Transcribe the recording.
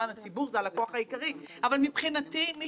בשנת 2011 הייתה הוועדה האחרונה,